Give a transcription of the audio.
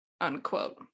unquote